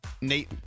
Nate